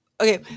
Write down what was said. Okay